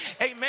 amen